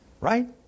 right